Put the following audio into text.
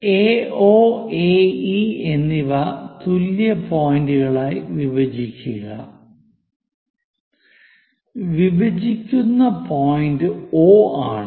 AO AE എന്നിവ തുല്യ പോയിന്റുകളായി വിഭജിക്കുക വിഭജിക്കുന്ന പോയിന്റ് O ആണ്